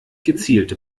gezielte